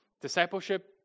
Discipleship